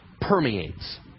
permeates